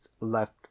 left